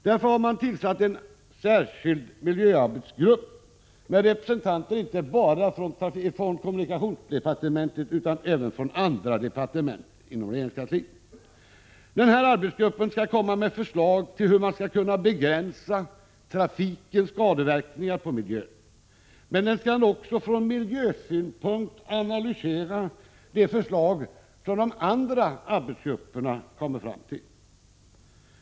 Därför har man tillsatt en särskild miljöarbetsgrupp med representanter inte bara för kommunikationsdepartementet utan även för andra departement inom regeringskansliet. Den här arbetsgruppen skall komma med förslag till hur man skall kunna begränsa trafikens skadeverkningar på miljön, men den skall också från miljösynpunkt analysera de förslag som de andra arbetsgrupperna kommer fram till.